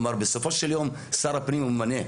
בסופו של יום שר הפנים ממנה,